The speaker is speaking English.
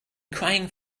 crying